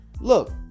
Look